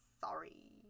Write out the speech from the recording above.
sorry